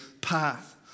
path